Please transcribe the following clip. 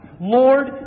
Lord